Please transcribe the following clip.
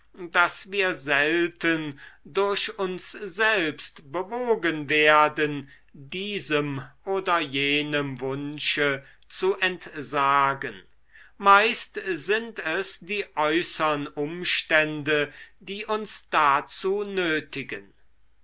daß wir selten durch uns selbst bewogen werden diesem oder jenem wunsche zu entsagen meist sind es die äußern umstände die uns dazu nötigen